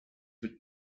would